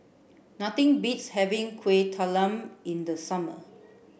nothing beats having kueh talam in the summer